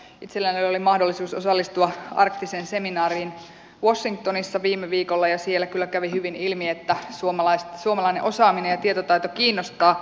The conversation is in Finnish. itselläni oli mahdollisuus osallistua arktiseen seminaariin washingtonissa viime viikolla ja siellä kyllä kävi hyvin ilmi että suomalainen osaaminen ja tietotaito kiinnostaa